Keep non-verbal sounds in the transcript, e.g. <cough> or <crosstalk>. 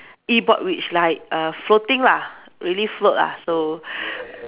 E board which like err floating lah really float lah so <breath>